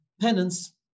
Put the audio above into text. penance